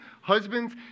Husbands